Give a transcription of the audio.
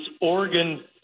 Oregon